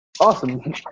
Awesome